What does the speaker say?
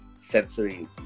sensory